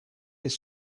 this